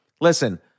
listen